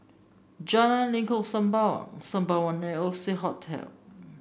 Jalan Lengkok Sembawang Sembawang and Oxley Hotel